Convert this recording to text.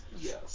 Yes